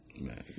Man